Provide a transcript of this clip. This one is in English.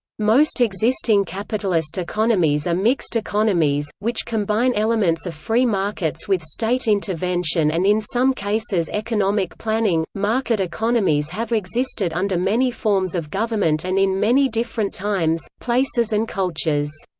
most existing capitalist economies are mixed economies, which combine elements of free markets with state intervention and in some cases economic planning market economies have existed under many forms of government and in many different times, places and cultures.